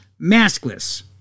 maskless